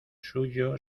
suyo